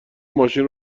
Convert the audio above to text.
ماشین